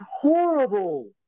horrible